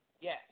Yes